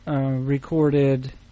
recorded –